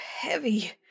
heavy